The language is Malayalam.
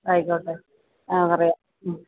ആയിക്കോട്ടെ അ പറയാം മ്മ്